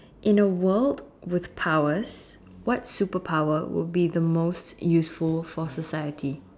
in a world with powers what superpower will be the most useful for society